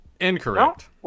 Incorrect